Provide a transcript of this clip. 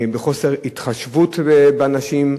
בחוסר התחשבות באנשים,